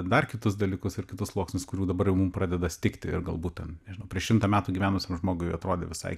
dar kitus dalykus ir kitus sluoksnius kurių dabar jau mum pradeda stigti ir galbūt ten nežinau prieš šimtą metų gyvenusiam žmogui atrodė visai